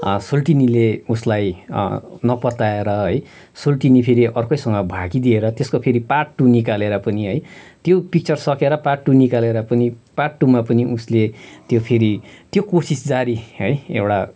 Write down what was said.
सोल्टिनीले उसलाई नपत्याएर है सोल्टिनी फेरि अर्कैसँग भागिदिएर त्यसको फेरि पार्ट टु निकालेर पनि है त्यो पिक्चर सकेर पार्ट टु निकालेर पनि पार्ट टुमा पनि उसले त्यो फेरि त्यो कोसिस जारी है एउटा